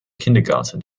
kindergarten